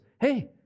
Hey